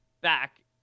back